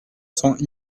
cents